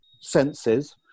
senses